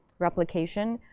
replication,